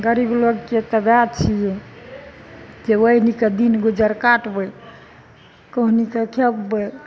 गरीब लोगके तऽ वहए छियै जे ओहिना कऽ दिन गुजर काटबै कहुना कऽ खेबबै